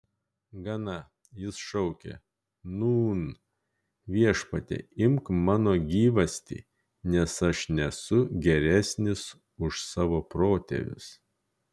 gana jis šaukė nūn viešpatie imk mano gyvastį nes aš nesu geresnis už savo protėvius